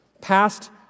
past